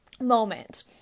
moment